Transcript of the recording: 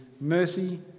mercy